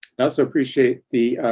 i also appreciate the